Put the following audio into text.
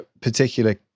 particular